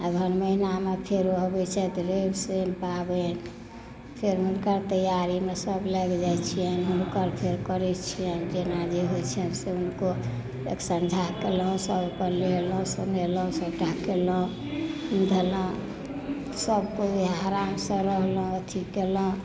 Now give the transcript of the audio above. अगहन महिनामे फेरो अबै छथि रवि शनि पाबनि फेर हुनकर तैयारीमे सभ लागि जाइ छियनि हुनकर फेर करै छियनि जेना जे होइ छनि से हुनको एकसंझा केलहुँ सभ अपन नहेलहुँ सुनेलहुँ सभटा केलहुँ सभ कोइ आरामसँ रहलहुँ अथी केलहुँ